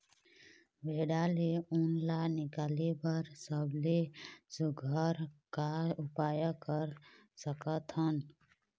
भेड़ा ले उन ला निकाले बर सबले सुघ्घर का उपाय कर सकथन?